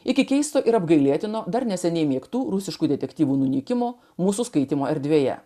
iki keistų ir apgailėtino dar neseniai mėgtų rusiškų detektyvų nunykimo mūsų skaitymo erdvėje